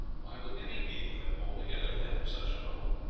why would any people have altogether left such a home?